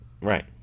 Right